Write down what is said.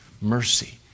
mercy